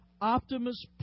Optimus